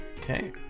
Okay